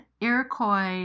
Iroquois